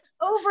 over